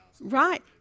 Right